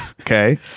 Okay